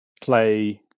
play